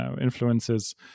influences